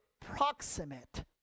proximate